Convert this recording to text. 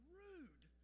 rude